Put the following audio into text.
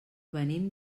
venim